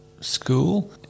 school